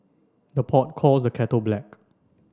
the pot calls the kettle black